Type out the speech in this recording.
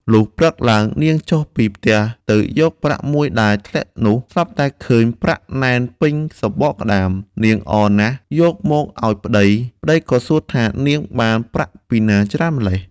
លុះព្រឹកឡើង នាងចុះពីផ្ទះទៅយកប្រាក់មួយដែលធ្លាក់នោះ ស្រាប់តែឃើញប្រាក់ណែនពេញសំបកក្ដាម នាងអរណាស់យកមកឲ្យប្ដី ប្ដីក៏សួរថា នាងបានប្រាក់ពីណាច្រើនម្ល៉េះ។